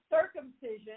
circumcision